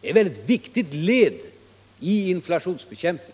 Det är ett mycket viktigt led i inflationsbekämpningen,